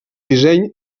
disseny